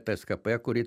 tskp kuri